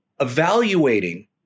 evaluating